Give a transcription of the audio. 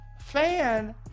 fan